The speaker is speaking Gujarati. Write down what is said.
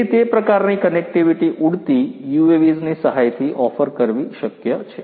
તેથી તે પ્રકારની કનેક્ટિવિટી ઉડતી UAVs ની સહાયથી ઓફર કરવી શક્ય છે